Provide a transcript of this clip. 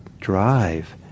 drive